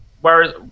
whereas